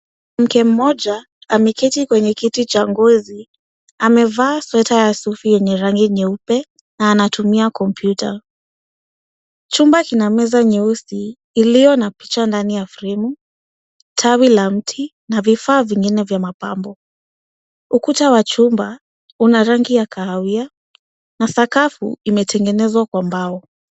Mwanamke mmoja ameketi kwenye kiti cha ngozi. Amevaa sweta ya sufi yenye rangi nyeupe na anatumia kompyuta. Chumba kina meza nyeusi iliyo na picha ndani ya fremu, tawi la mti na vifaa vingine vya mapambo. Ukuta wa chumba una rangi ya kahawia na sakafu imetengenezwa kwa mbao.